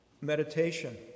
Meditation